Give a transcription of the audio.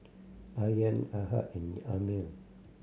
Aryan Ahad and Ammir